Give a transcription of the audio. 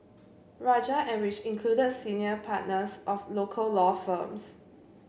rajah and which included senior partners of local law firms